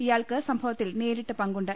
ഇയാൾക്ക് സംഭവ ത്തിൽ നേരിട്ട് പങ്കുണ്ട്